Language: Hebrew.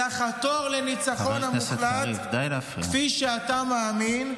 -- אלא חתור לניצחון המוחלט כפי שאתה מאמין.